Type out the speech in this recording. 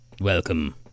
Welcome